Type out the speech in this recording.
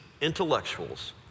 intellectuals